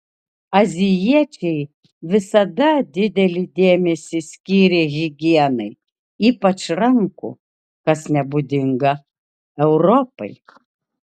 azijiečiai visada didelį dėmesį skyrė higienai ypač rankų kas nebūdinga europai